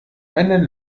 einen